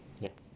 ya